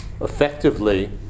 effectively